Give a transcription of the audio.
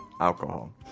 alcohol